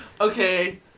Okay